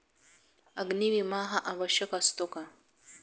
अग्नी विमा हा आवश्यक असतो का?